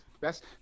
best